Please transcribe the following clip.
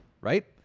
Right